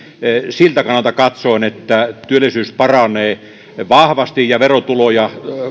siltä kannalta katsoen että työllisyys paranee vahvasti ja verotuloja